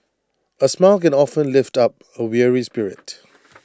A smile can often lift up A weary spirit